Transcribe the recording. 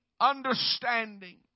understanding